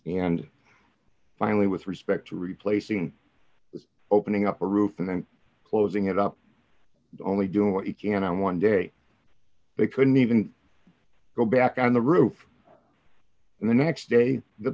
and finally with respect to replacing was opening up a roof and then closing it up only doing what you can on one day they couldn't even go back on the roof and the next day the